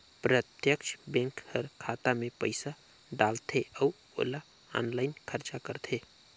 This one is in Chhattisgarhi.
प्रत्यक्छ बेंक कर खाता में पइसा डालथे अउ ओला आनलाईन खरचा करथे